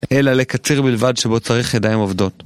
אלא לקציר בלבד שבו צריך ידיים עובדות.